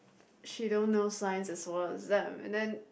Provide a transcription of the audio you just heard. she don't know science as well as them and then